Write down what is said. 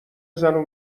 زنو